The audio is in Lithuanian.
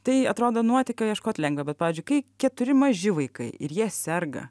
tai atrodo nuotykio ieškot lengva bet pavyzdžiui kai keturi maži vaikai ir jie serga